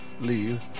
leave